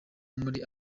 muri